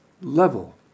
level